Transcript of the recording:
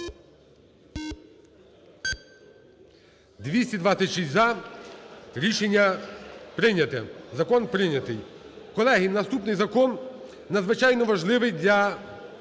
За-226 Рішення прийнято, закон прийнятий. Колеги, наступний закон надзвичайно важливий для